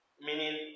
Meaning